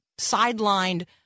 sidelined